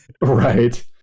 Right